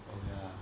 oh ya